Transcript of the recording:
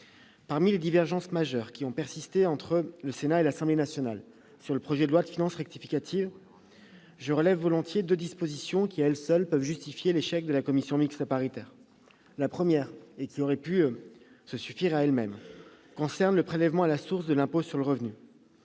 Parmi les divergences majeures qui ont persisté entre le Sénat et l'Assemblée nationale sur le projet de loi de finances rectificative, j'insisterai sur deux dispositions qui, à elles seules, peuvent justifier l'échec de la commission mixte paritaire. La première, qui aurait pu suffire à empêcher un accord, concerne le prélèvement à la source de l'impôt sur le revenu.